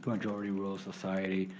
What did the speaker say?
majority rules society,